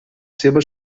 seva